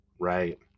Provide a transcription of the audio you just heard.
right